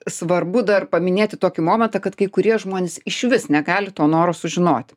svarbu dar paminėti tokį momentą kad kai kurie žmonės išvis negali to noro sužinot